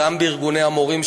גם בארגוני המורים,